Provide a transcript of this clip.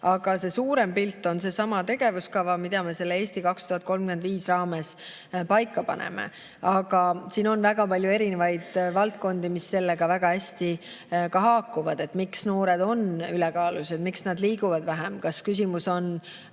Aga suurem pilt on seesama tegevuskava, mille me strateegia "Eesti 2035" raames paika paneme. Siin on väga palju eri valdkondi, mis sellega väga hästi haakuvad. Miks noored on ülekaalus? Miks nad liiguvad vähem? Kas küsimus on